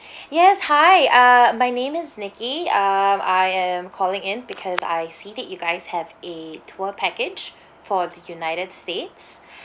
yes hi uh my name is nicky uh I am calling in because I see that you guys have a tour package for the united states